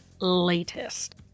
latest